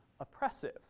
oppressive